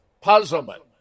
puzzlement